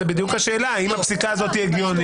זאת בדיוק השאלה, האם הפסיקה הזאת הגיונית.